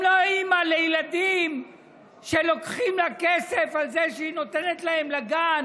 הם לא האימא לילדים שלוקחים לה כסף על זה שהיא נותנת להם לגן